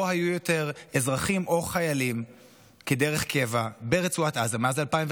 לא היו יותר אזרחים או חיילים דרך קבע ברצועת עזה מאז 2005,